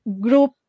group